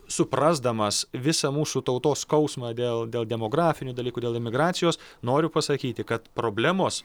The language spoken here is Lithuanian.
suprasdamas visą mūsų tautos skausmą dėl dėl demografinių dalykų dėl emigracijos noriu pasakyti kad problemos